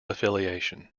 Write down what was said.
affiliation